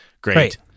great